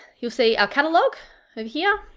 you'll see our catalogue over here,